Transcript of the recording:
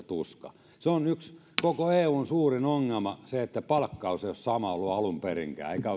tuska yksi koko eun suurimmista ongelmista on se että palkkaus ei ole sama ollut alun perinkään eikä